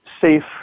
safe